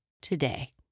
today